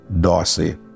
Darcy